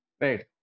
right